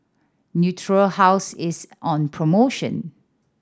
Natura House is on promotion